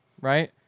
right